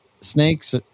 snakes